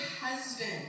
husband